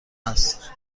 است